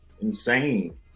Insane